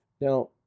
Now